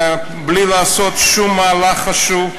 בלי לעשות שום מהלך חשוב.